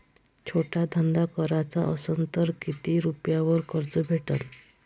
छोटा धंदा कराचा असन तर किती रुप्यावर कर्ज भेटन?